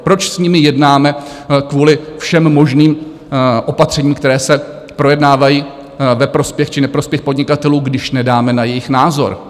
Proč s nimi jednáme kvůli všem možným opatřením, která se projednávají ve prospěch či neprospěch podnikatelů, když nedáme na jejich názor?